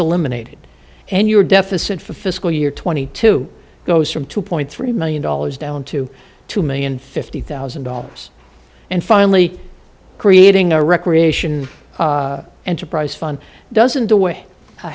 eliminated and your deficit for fiscal year two thousand and two goes from two point three million dollars down to two million fifty thousand dollars and finally creating a recreation enterprise fund doesn't away a